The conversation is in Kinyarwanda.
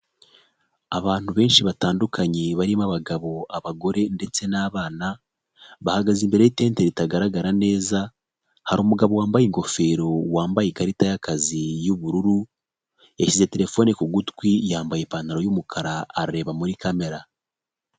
Abantu benshi batandukanye, barimo abagabo, abagore, ndetse n'abana, bahagaze imbere y'intente ritagaragara neza, hari umugabo wambaye ingofero, wambaye ikarita y'akazi y'ubururu, yashyize terefone ku gutwi, yambaye ipantaro y'umukara, arareba muri kamera.